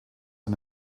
and